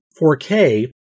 4K